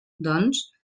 doncs